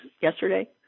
yesterday